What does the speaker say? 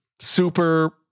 super